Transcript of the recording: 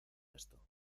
esto